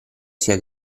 sia